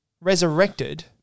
Resurrected